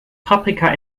paprika